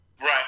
Right